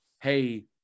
hey